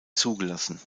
zugelassen